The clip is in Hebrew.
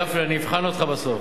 גפני, אני אבחן אותך בסוף.